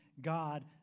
God